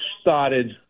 started